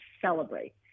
celebrate